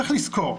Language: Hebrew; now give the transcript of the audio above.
צריך לזכור,